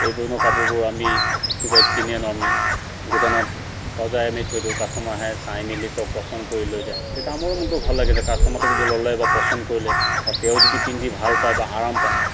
এই ধৰণৰ কাপোৰবোৰ আমি তেতিয়া কিনি আনো আমি দোকানত সজাই আমি থৈ দিওঁ কাষ্টমাৰ আহে চাই মেলি তেওঁ পচন্দ কৰি লৈ যায় তেতিয়া আমাৰ মনটো ভাল লাগে যে কাষ্টমাৰটো ল'লে বা পচন্দ কৰিলে বা তেওঁ যদি পিন্ধি ভাল পায় বা আৰাম পায়